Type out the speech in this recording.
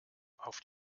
auf